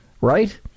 right